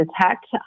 detect